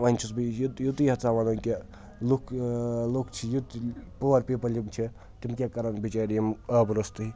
وۄنۍ چھُس بہٕ یتُے یُتُے یَژان وَنُن کہِ لُکھ لُکھ چھِ یُت پُوَر پیٖپٕل یِم چھِ تِم کیٛاہ کَرَن بِچٲرۍ یِم آبہٕ روٚستٕے